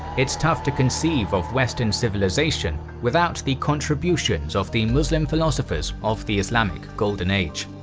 it's tough to conceive of western civilization without the contributions of the muslim philosophers of the islamic golden age.